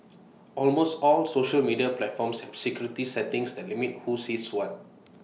almost all social media platforms have security settings that limit who sees what